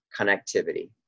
connectivity